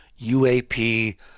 uap